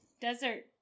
desert